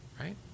right